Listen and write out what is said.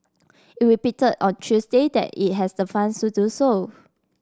it repeated on Tuesday that it has the funds to do so